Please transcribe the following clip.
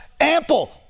ample